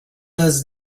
does